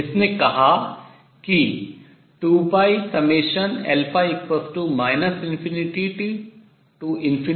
जिसने कहा कि 2 ∞nn